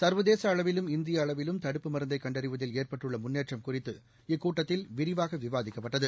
சா்வதேச அளவிலும் இந்திய அளவிலும் தடுப்பு மருந்தை கண்டறிவதில் ஏற்பட்டுள்ள முன்னேற்றம் குறித்து இக்கூட்டத்தில் விரிவாக விவாதிக்கப்பட்டது